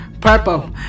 purple